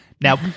Now